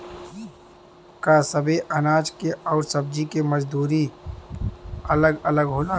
का सबे अनाज के अउर सब्ज़ी के मजदूरी अलग अलग होला?